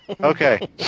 Okay